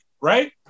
right